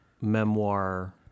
memoir